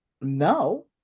no